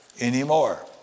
anymore